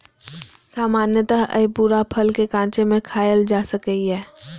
सामान्यतः अय पूरा फल कें कांचे मे खायल जा सकैए